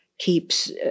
keeps